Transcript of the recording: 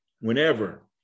whenever